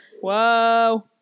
whoa